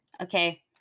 Okay